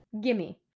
Gimme